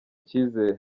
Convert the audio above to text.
icyizere